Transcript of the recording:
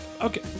Okay